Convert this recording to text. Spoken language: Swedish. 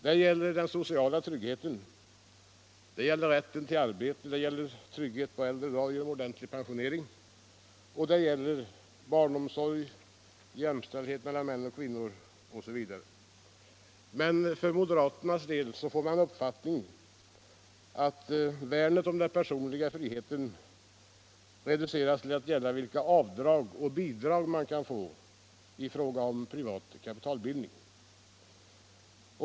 Det gäller den sociala tryggheten, rätten till arbete, tryggheten på äldre dagar genom ordentlig pensionering, barnomsorg, jämställdhet mellan män och kvinnor osv. Men för moderaternas del får man uppfattningen att värnet om den personliga friheten reduceras till att gälla avdrag och bidrag vid privat kapitalbildning.